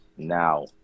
now